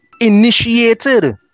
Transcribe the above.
initiated